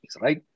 right